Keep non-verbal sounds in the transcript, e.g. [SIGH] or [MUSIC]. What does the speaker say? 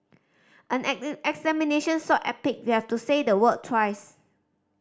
an [UNINTELLIGIBLE] examination so epic you have to say the word twice